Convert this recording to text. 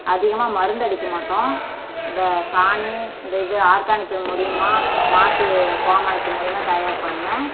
அதிகமாக மருந்தடிக்க மாட்டோம் இந்த சாணி இந்த இது ஆர்கானிக் மூலியமாக மாட்டு கோமியத்து மூலியமாக தயார் பண்ண